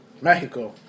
Mexico